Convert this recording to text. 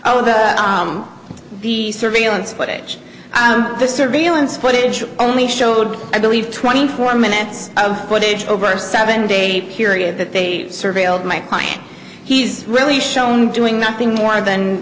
over the surveillance footage the surveillance footage only showed i believe twenty four minutes of footage over a seven day period that they surveilled my client he's really shown doing nothing more than